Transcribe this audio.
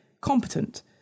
Competent